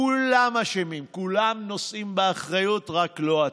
כולם אשמים, כולם נושאים באחריות, רק לא אתה.